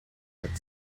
had